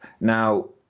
Now